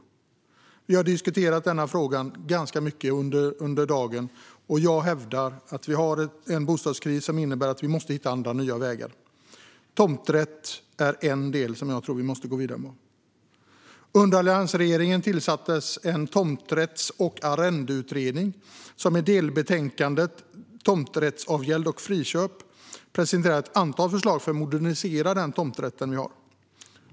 Vi har under dagen diskuterat denna fråga ganska mycket. Jag hävdar att vi har en bostadskris som innebär att vi måste hitta andra och nya vägar. Tomträtt är något som jag tror att vi måste gå vidare med. Under alliansregeringen tillsattes Tomträtts och arrendeutredningen som i delbetänkandet Tomträttsavgäld och friköp presenterade ett antal förslag för att modernisera tomträtten.